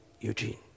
Eugene